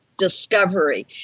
Discovery